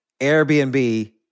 Airbnb